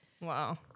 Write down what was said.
Wow